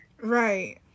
Right